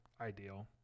ideal